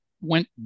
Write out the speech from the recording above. went